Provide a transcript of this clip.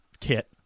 Kit